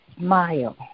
smile